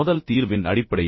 மோதல் தீர்வின் அடிப்படையில்